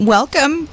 Welcome